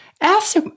ask